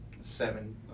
seven